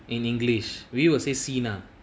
in english we will say seenaa